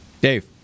Dave